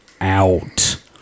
out